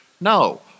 No